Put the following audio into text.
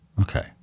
Okay